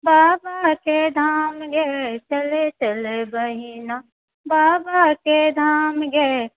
बाबाके धाम ये चलऽ चलऽ बहिना बाबाके धाम ये